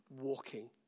walking